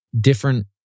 different